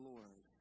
Lord